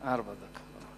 ארבע דקות.